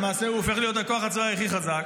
למעשה הוא הופך להיות הכוח הצבאי הכי חזק.